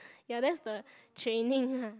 ya that's the training lah